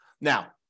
Now